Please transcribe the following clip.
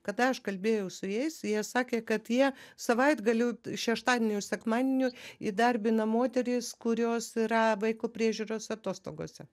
kada aš kalbėjau su jais jie sakė kad jie savaitgalių šeštadienių ir sekmadienių įdarbina moteris kurios yra vaiko priežiūros atostogose